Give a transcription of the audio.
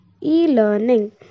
e-learning